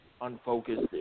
unfocused